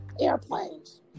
airplanes